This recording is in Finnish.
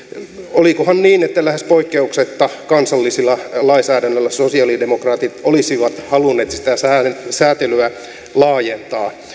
olikohan niin että lähes poikkeuksetta kansallisella lainsäädännöllä sosialidemokraatit olisivat halunneet sitä säätelyä laajentaa